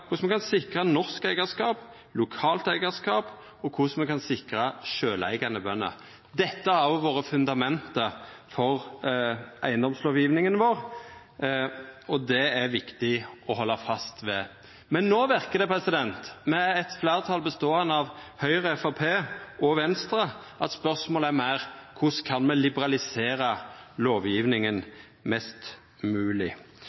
korleis me kan sikra norsk eigarskap, lokalt eigarskap, og korleis me kan sikra sjølveigande bønder. Dette har òg vore fundamentet for eigedomslovgjevinga vår, og det er viktig å halda fast ved. Men no – med eit fleirtal som består av Høgre, Framstegspartiet og Venstre – verkar det som om spørsmålet meir er: Korleis kan me liberalisera